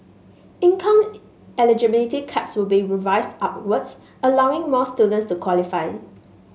income eligibility caps will be revised upwards allowing more students to qualify